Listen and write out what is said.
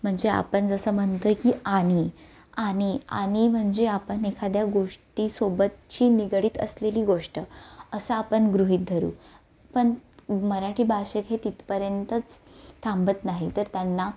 म्हणजे आपण जसं म्हणतोय की आणि आणि आणि म्हणजे आपण एखाद्या गोष्टीसोबतची निगडित असलेली गोष्ट असं आपण गृहीत धरू पण मराठी भाषेत हे तिथपर्यंतच थांबत नाही तर त्यांना